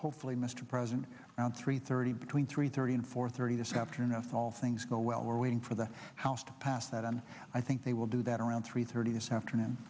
hopefully mr president around three thirty between three thirty and four thirty this afternoon after all things go well we're waiting for the house to pass that on i think they will do that around three thirty this afternoon